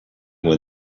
when